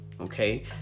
Okay